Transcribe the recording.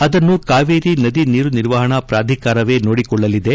ಅದನ್ನು ಕಾವೇರಿ ನದಿ ನೀರು ನಿರ್ವಹಣಾ ಪ್ರಾಧಿಕಾರವೇ ನೋಡಿಕೊಳ್ಳಲಿದೆ